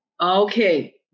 Okay